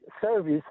service